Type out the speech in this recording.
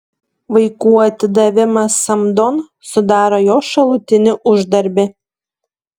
vaikų atidavimas samdon sudaro jo šalutinį uždarbį